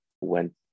went